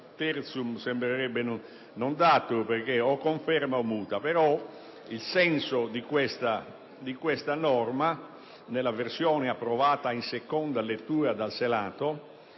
perché *tertium non datur* (o conferma o muta), però il senso di questa norma, nella versione approvata in seconda lettura dal Senato,